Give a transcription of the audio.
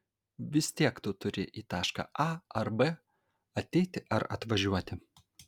vis tiek tu turi į tašką a ar b ateiti ar atvažiuoti